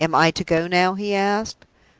am i to go now? he asked.